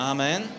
Amen